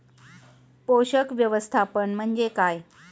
पोषक व्यवस्थापन म्हणजे काय?